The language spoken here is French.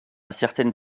certaines